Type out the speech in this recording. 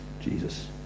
Jesus